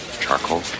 Charcoal